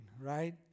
right